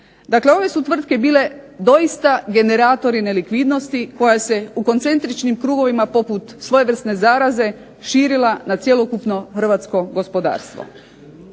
Dakle ove su tvrtke bile doista generatori nelikvidnosti koja se u koncentričnim krugovima poput svojevrsne zaraze širila na cjelokupno hrvatsko gospodarstvo.